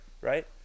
Right